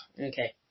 Okay